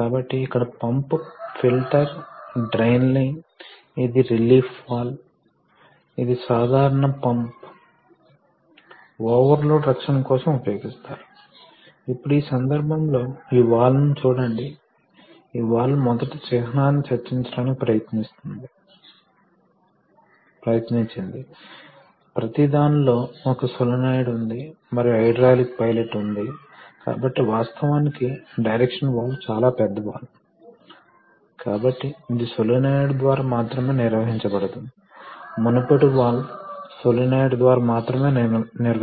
కాబట్టి రిజర్వాయర్ ద్రవాన్ని కలిగి ఉందనేది కాకుండా వాస్తవానికి ఇది చాలా ఇతర పనులను చేస్తుంది కాబట్టి ఇది ద్రవాన్ని స్పష్టంగా కలిగి ఉంటుంది కాని ఇది మరో రెండు పనులను చేస్తుంది ఉదాహరణకు ఇది రిజర్వాయర్ వేడిని వెదజల్లుతుంది ద్రవం చల్లబరుస్తుంది మరియు ప్రవేశించిన గాలి బయటకురావడానికి ఇది అనుమతిస్తుంది కాబట్టి ఈ కలుషితాలను తొలగించడం ఫిల్టర్ లో పాక్షికంగా జరుగుతుంది ఇది పైప్లైన్లో మూసివేయబడి సాధారణంగా రిటర్న్ లైన్లో ద్రవం నుండి చిన్న పార్టికల్స్ ని